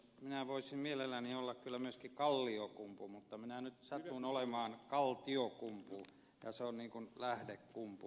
minä voisin mielelläni olla kyllä myöskin kalliokumpu mutta minä nyt satun olemaan kaltiokumpu ja se on niin kuin lähdekumpu